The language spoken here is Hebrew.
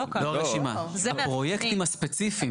הפרויקטים הספציפיים.